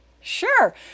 sure